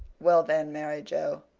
well then, mary joe,